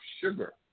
sugar